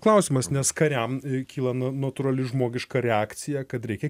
klausimas nes kariam kyla na natūrali žmogiška reakcija kad reikia